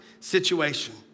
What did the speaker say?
situation